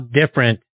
different